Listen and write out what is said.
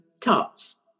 tarts